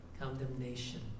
condemnation